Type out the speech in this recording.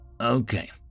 Okay